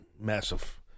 Massive